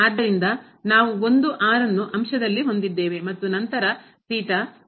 ಆದ್ದರಿಂದ ನಾವು ಒಂದು ಅಂಶದಲ್ಲಿಹೊಂದಿದ್ದೇವೆ ಮತ್ತು ನಂತರ ಮತ್ತು